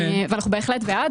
אנחנו בהחלט בעד.